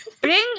Bring